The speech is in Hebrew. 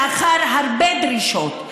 לאחר הרבה דרישות,